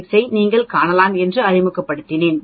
96 ஐ நீங்கள் காணலாம் என்று அறிமுகப்படுத்தினேன்